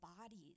bodies